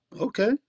Okay